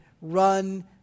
run